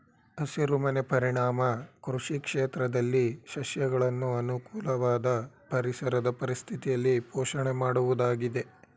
ಹಸಿರುಮನೆ ಪರಿಣಾಮ ಕೃಷಿ ಕ್ಷೇತ್ರದಲ್ಲಿ ಸಸ್ಯಗಳನ್ನು ಅನುಕೂಲವಾದ ಪರಿಸರದ ಪರಿಸ್ಥಿತಿಯಲ್ಲಿ ಪೋಷಣೆ ಮಾಡುವುದಾಗಿದೆ